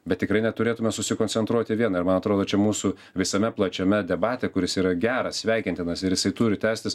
bet tikrai neturėtume susikoncentruoti į vieną ir man atrodo čia mūsų visame plačiame debate kuris yra geras sveikintinas ir jisai turi tęstis